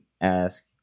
ask